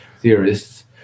theorists